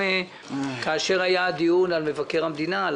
כאשר היה הדיון על מבקר המדינה,